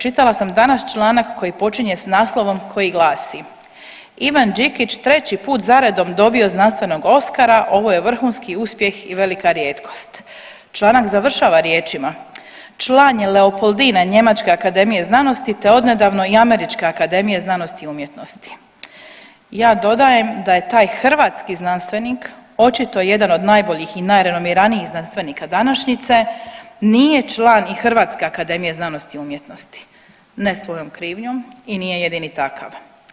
Čitala sam danas članak koji počinje s naslovom koji glasi „Ivan Đikić treći put zaredom dobio znanstvenog Oskara, ovo je vrhunski uspjeh i velika rijetkost“, članak završava riječima „Član je Leopoldine Njemačke akademije znanosti te odnedavno i Američke akademije znanosti i umjetnosti“, ja dodajem da je taj hrvatski znanstvenih očito jedan od najboljih i najrenomiranijih znanstvenika današnjice nije član i Hrvatske akademije znanosti i umjetnosti, ne svojom krivom i nije jedini takav.